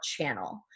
channel